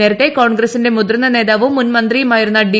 നേരത്തെ കോൺഗ്രസിന്റെ മുതിർന്ന നേതാവും മുൻമന്ത്രിയുമായിരുന്ന ഡി